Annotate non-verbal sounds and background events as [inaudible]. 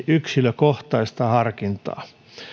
[unintelligible] yksilökohtaista harkintaa